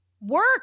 work